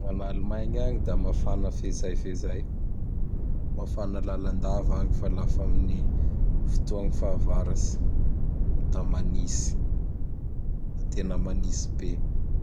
Gn'Alimagny agny da mafana fezay fezay. Mafana lalandava agny fa lafa amin'ny fotoa gn fahavaratsy da manitsy; da tena manitsy be.